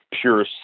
pure